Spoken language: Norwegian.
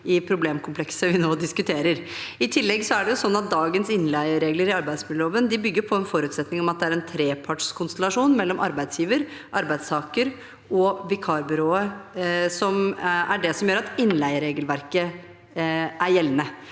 i problemkomplekset vi nå diskuterer. I tillegg er det sånn at dagens innleieregler i arbeidsmiljøloven bygger på en forutsetning om at det er en trepartskonstellasjon mellom arbeidsgiver, arbeidstaker og vikarbyrået som er det som gjør at innleieregelverket er gjeldende.